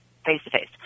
face-to-face